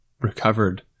recovered